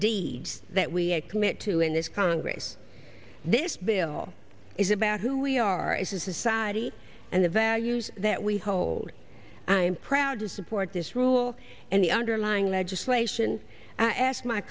deeds that we commit to in this congress this bill is about who we are as a society and the values that we hold and i'm proud to support this rule and the underlying legislation and ask my